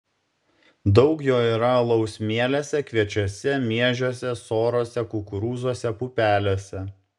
daug jo yra alaus mielėse kviečiuose miežiuose sorose kukurūzuose pupelėse